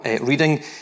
reading